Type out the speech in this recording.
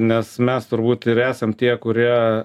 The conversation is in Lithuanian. nes mes turbūt ir esam tie kurie